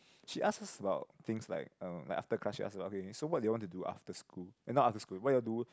she ask us about things like um like after class she ask ah okay okay so what do you all want to do after school eh not after school what you all do